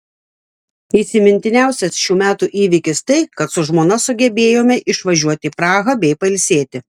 įsimintiniausias šių metų įvykis tai kad su žmona sugebėjome išvažiuoti į prahą bei pailsėti